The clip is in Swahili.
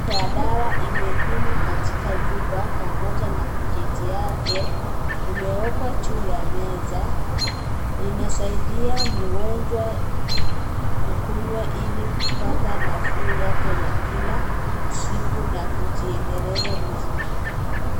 Chupa ya dawa imepimwa katika chupa pamoja na paketi yake imewekwa juu ya meza, inasaidia mgonjwa kukunywa ilikupata nafuu yake ya kila siku na kujiendeleza vizuri.